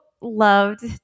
loved